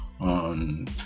on